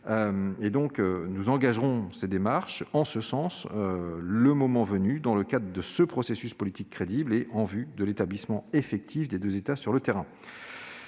virtuel. Nous engagerons des démarches en ce sens, le moment venu, dans le cadre d'un processus politique crédible, en vue de l'établissement effectif de deux États sur le terrain.